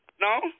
No